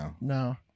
no